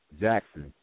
Jackson